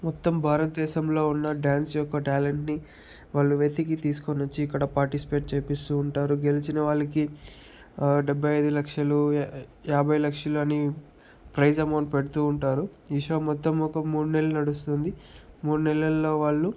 మొత్తం భారతదేశంలో ఉన్న డ్యాన్స్ యొక్క టాలెంట్ని వాళ్ళు వెతికి తీసుకొని వచ్చి ఇక్కడ పార్టిసిపేట్ చేయిస్తూ ఉంటారు గెలిచిన వాళ్లకి డెబ్బై ఐదు లక్షలు యాభై లక్షలు అని ప్రైజ్ అమౌంట్ పెడుతూ ఉంటారు ఈ షో మొత్తం ఒక మూడు నెలలు నడుస్తుంది మూడు నెలల్లో వాళ్ళు